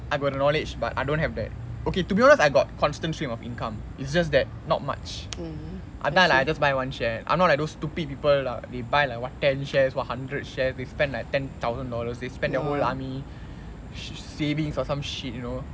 I got the knowledge but I don't have that okay to be honest I got constant stream of income it's just that not much அதான்:athaan lah I just buy one share I'm not like those stupid people lah they buy like what ten shares !wah! hundred shares they spend like ten thousand dollars they spend their whole army sa~ savings or some shit you know